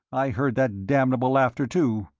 i heard that damnable laughter, too.